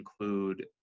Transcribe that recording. include